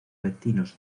vecinos